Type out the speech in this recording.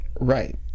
Right